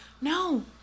No